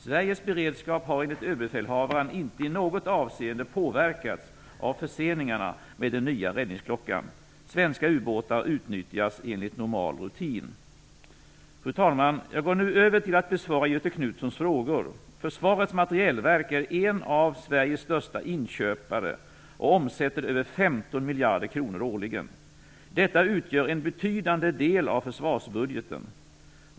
Sveriges beredskap har enligt överbefälhavaren inte i något avseende påverkats av förseningarna med den nya räddningsklockan. Svenska ubåtar utnyttjas enligt normal rutin. Fru talman! Jag går nu över till att besvara Göthe Knutsons frågor. Försvarets materielverk är en av Sveriges största inköpare och omsätter över 15 miljarder kronor årligen. Detta utgör en betydande del av försvarsbudgeten.